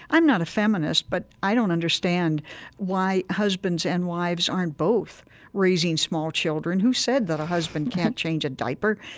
i'm not a feminist, but i don't understand why husbands and wives aren't both raising small children. who said that a husband can't change a diaper?